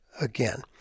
again